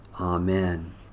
Amen